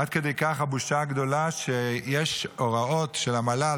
עד כדי כך הבושה גדולה שיש הוראות של המל"ל,